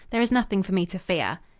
there is nothing for me to fear.